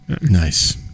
nice